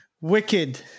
Wicked